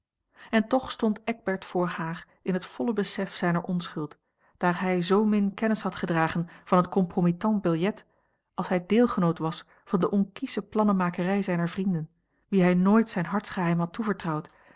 en toch stond eckbert voor haar in het volle besef zijner onschuld daar hij zoomin kennis had gedragen van het compromittant biljet als hij deelgenoot was van de onkiesche plannenmakerij zijner vrienden wien hij nooit zijn hartsgeheim had toevertrouwd